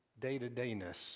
day-to-dayness